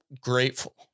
grateful